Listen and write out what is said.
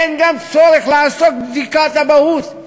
אין גם צורך לעשות בדיקת אבהות,